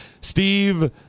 Steve